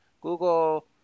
Google